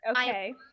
Okay